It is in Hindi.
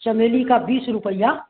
चमेली का बीस रुपये